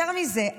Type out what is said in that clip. יותר מזה,